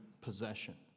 possession